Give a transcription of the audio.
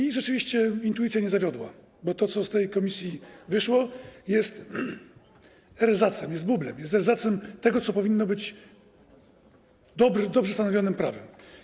I rzeczywiście intuicja nie zawiodła, bo to, co z tej komisji wyszło, jest erzacem, jest bublem, jest erzacem tego, co powinno być dobrze stanowionym prawem.